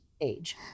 age